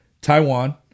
Taiwan